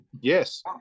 Yes